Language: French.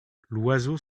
l’oiseau